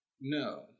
No